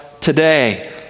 today